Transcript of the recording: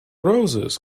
roses